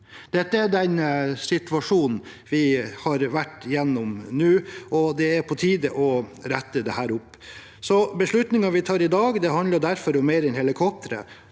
Dette er den situasjonen vi har vært gjennom nå, og det er på tide å rette opp dette. Beslutningen vi tar i dag, handler derfor om mer enn helikoptre.